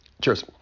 cheers